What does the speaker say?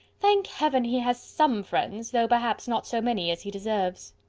thank heaven! he has some friends, though perhaps not so many as he deserves.